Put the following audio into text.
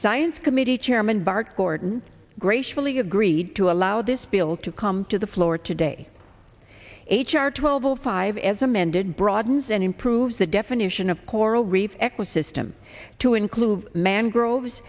science committee chairman bart gordon gracefully agreed to allow this bill to come to the floor today h r twelve o five as amended broadens and improves the definition of coral reef eco system to include mangro